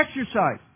exercise